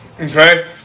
Okay